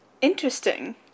Interesting